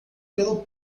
pelo